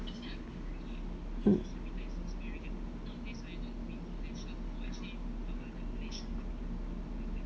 mm